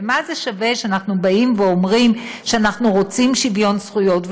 ומה זה שווה שאנחנו אומרים שאנחנו רוצים שוויון זכויות,